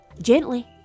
Gently